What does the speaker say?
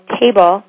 table